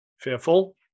fearful